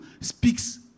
speaks